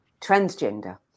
transgender